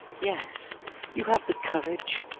yes you have the courage.